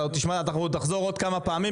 אנו עוד נחזור עוד כמה פעמים,